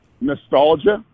Nostalgia